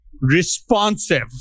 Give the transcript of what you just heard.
responsive